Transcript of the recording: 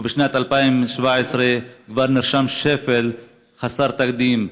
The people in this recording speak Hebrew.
ובשנת 2017 כבר נרשם שפל חסר תקדים,